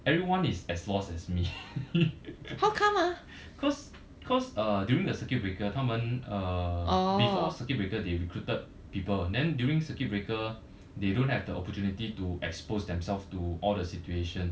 everyone is as lost as me cause cause uh during uh circuit breaker 他们 uh before circuit breaker they recruited people then during circuit breaker they don't have the opportunity to expose themselves to all the situation